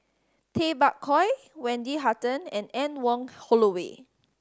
Tay Bak Koi Wendy Hutton and Anne Wong Holloway